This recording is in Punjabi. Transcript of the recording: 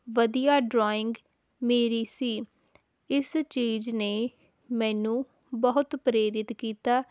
ਵਧੀਆ ਡਰੋਇੰਗ ਮੇਰੀ ਸੀ ਇਸ ਚੀਜ਼ ਨੇ ਮੈਨੂੰ ਬਹੁਤ ਪ੍ਰੇਰਿਤ ਕੀਤਾ